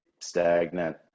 stagnant